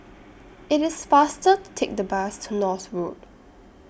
IT IS faster to Take The Bus to North Road